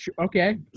Okay